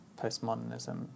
postmodernism